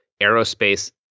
aerospace